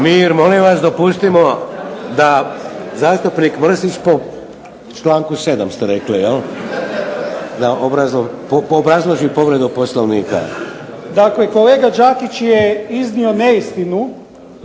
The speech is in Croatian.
Mir. Molim vas dopustimo da zastupnik Mršić, po članku 7. ste rekli jel? Da obrazloži povredu Poslovnika. **Mršić, Zvonimir (SDP)** Dakle kolega Đakić je iznio neistinu